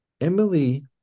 Emily